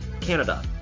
Canada